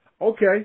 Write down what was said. Okay